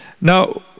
Now